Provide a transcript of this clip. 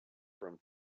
from